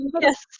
yes